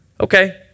Okay